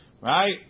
Right